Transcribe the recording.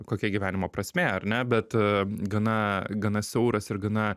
kokia gyvenimo prasmė ar ne bet a gana gana siauras ir gana